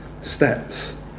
steps